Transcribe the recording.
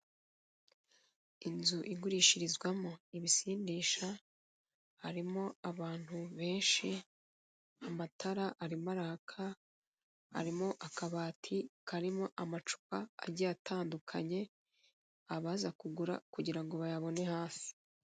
Inzu igurishirizwamo ibisindisha harimo abantu benshi, amatara arimo araka harimo akabati karimo amacupa agiye atandukanye abaza kugura kugira ngo bayabone hafi.